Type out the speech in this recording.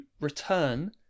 return